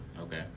Okay